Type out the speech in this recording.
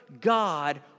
God